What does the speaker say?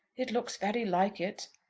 it looks very like it.